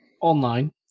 online